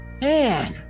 Man